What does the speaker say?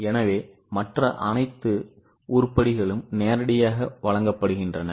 எனவே மற்ற அனைத்து உருப்படிகளும் நேரடியாக வழங்கப்படுகின்றன